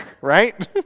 right